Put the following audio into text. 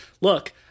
look